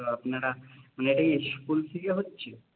তো আপনারা মানে এটা কি স্কুল থেকে হচ্ছে